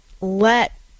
let